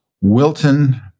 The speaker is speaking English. Wilton